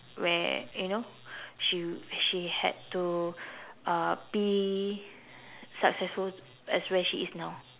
where you know she she had to uh be successful as where she is now